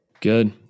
Good